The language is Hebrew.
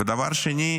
דבר שני,